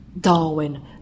Darwin